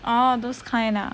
oh those kind ah